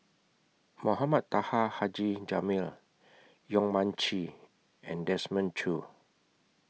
Mohamed Taha Haji Jamil Yong Mun Chee and Desmond Choo